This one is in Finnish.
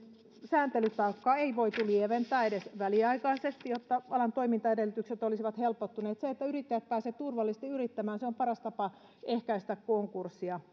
sääntelytaakkaa ei voitu lieventää edes väliaikaisesti jotta alan toimintaedellytykset olisivat helpottuneet se että yrittäjät pääsevät turvallisesti yrittämään on paras tapa ehkäistä konkursseja